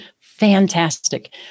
fantastic